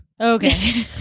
Okay